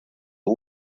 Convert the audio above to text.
uno